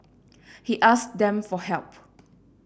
he asked them for help